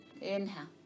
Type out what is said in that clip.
inhale